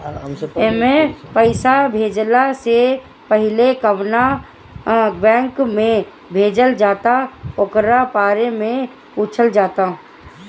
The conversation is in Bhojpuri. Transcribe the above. एमे पईसा भेजला से पहिले कवना बैंक में भेजल जाता ओकरा बारे में पूछल जाता